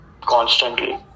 constantly